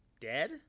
dead